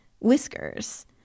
whiskers